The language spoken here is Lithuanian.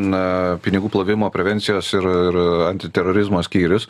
na pinigų plovimo prevencijos ir ir antiterorizmo skyrius